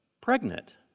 pregnant